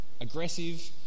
aggressive